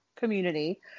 community